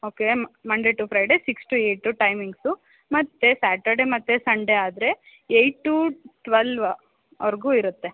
okay Monday to Friday six to eight timings ಮತ್ತು Saturday ಮತ್ತು Sunday ಆದರೆ eight to ಟ್ವಲ್ವವರೆಗೂ ಇರುತ್ತೆ